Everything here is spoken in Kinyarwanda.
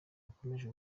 bakomeje